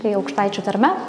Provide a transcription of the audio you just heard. tai aukštaičių tarme